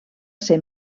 ser